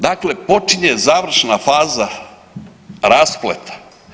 Dakle, počinje završna faza raspleta.